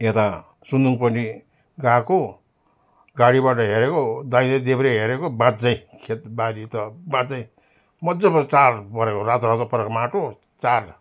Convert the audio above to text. यता सुन्दुङपट्टि गएको गाडीबाट हेरेको दाहिने देब्रे हेरेको बाँझै खेतबारी त बाँझै मजाको टार परेको रातो रातो परेको माटो चार